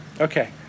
Okay